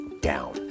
down